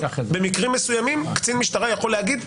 במקרים מסוימים קצין משטרה יכול להגיד,